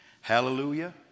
Hallelujah